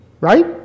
Right